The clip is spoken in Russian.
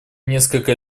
несколько